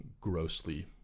grossly